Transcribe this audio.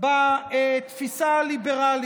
בתפיסה הליברלית,